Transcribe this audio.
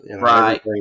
Right